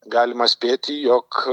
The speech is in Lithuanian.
galima spėti jog